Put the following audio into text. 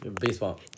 baseball